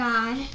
God